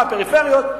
מהפריפריות,